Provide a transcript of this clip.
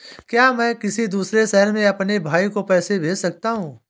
क्या मैं किसी दूसरे शहर में अपने भाई को पैसे भेज सकता हूँ?